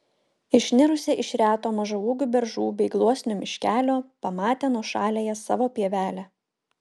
išnirusi iš reto mažaūgių beržų bei gluosnių miškelio pamatė nuošaliąją savo pievelę